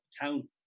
town